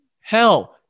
Hell